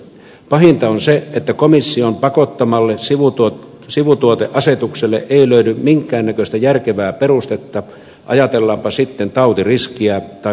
pahinta on se että komission pakottamalle sivutuoteasetukselle ei löydy minkään näköistä järkevää perustetta ajatellaanpa sitten tautiriskiä tai maankäyttöä